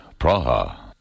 Praha